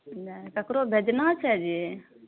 नहि ककरो भेजना छै जे